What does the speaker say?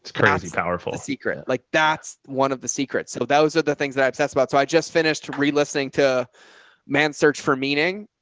it's crazy, powerful secret. like that's one of the secrets. so those are the things that i obsessed about. so i just finished relistening to man's search for meaning,